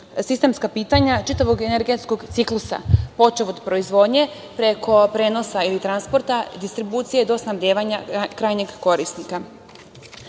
sistemska pitanja čitavog energetskog ciklusa, počev od proizvodnje preko prenosa ili transporta, distribucije do snabdevanja krajnjeg korisnika. Kada